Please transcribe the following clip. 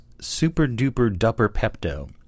super-duper-duper-pepto